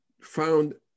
found